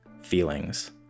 feelings